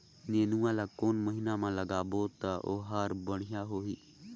नेनुआ ला कोन महीना मा लगाबो ता ओहार बेडिया होही?